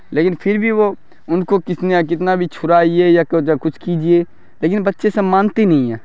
لیکن پھر بھی وہ ان کو کتنا کتنا بھی چھڑائیے یا کچھ کیجیے لیکن بچے سب مانتے نہیں ہیں